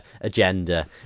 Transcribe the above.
agenda